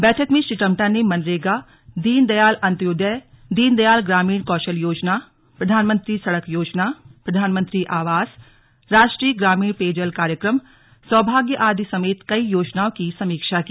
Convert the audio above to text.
बैठक में श्री टम्टा ने मनरेगा दीन दयाल अन्त्योदय दीन दयाल ग्रामीण कौशल योजना प्रधानमंत्री सड़क योजना प्रधानमंत्री आवास राष्ट्रीय ग्रामीण पेयजल कार्यक्रम सौभाग्य आदि समेत कई योजनाओं की समीक्षा की